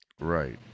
Right